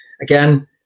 Again